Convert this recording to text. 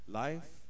life